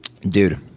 dude